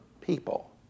people